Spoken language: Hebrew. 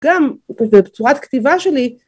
גם בצורת כתיבה שלי